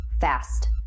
fast